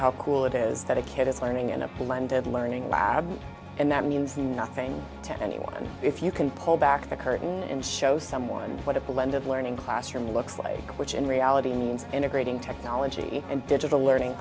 how cool it is that a kid is learning in a blended learning lab and that means nothing to anyone if you can pull back the curtain and show someone what a blended learning classroom looks like which in reality means integrating technology and digital learning